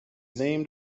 named